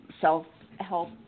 self-help